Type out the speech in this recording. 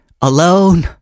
alone